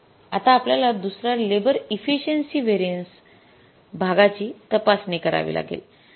आता आपल्याला दुसर्या लेबर एफिसियेंसी व्हेरिएन्सेस भागाची तपासणी करावी लागेल